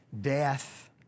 death